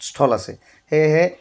স্থল আছে সেয়েহে